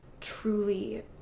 truly